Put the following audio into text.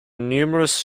numerous